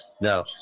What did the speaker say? No